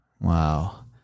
Wow